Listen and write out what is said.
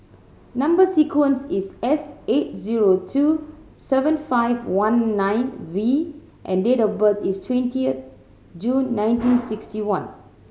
number sequence is S eight zero two seven five one nine V and date of birth is twentieth June nineteen sixty one